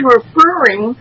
referring